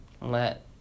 Let